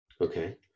Okay